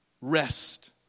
Rest